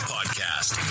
podcast